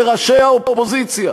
לראשי האופוזיציה,